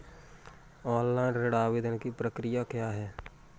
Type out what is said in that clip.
Online ऋण आवेदन की प्रक्रिया क्या है?